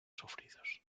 sufridos